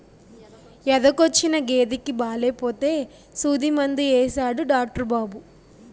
ఎదకొచ్చిన గేదెకి బాలేపోతే సూదిమందు యేసాడు డాట్రు బాబు